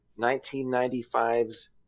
1995's